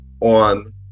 on